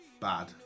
Bad